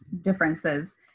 differences